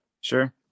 Sure